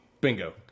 Bingo